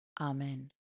Amen